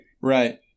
Right